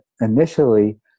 initially